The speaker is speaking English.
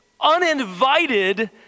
uninvited